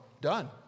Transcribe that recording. Done